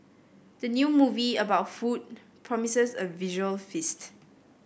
the new movie about food promises a visual feast